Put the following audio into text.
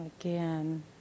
Again